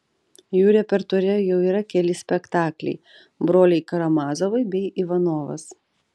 jų repertuare jau yra keli spektakliai broliai karamazovai bei ivanovas